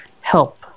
help